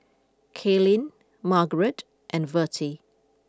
Kaylyn Margarete and Vertie